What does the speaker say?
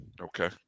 Okay